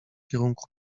kierunku